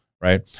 right